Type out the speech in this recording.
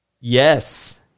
yes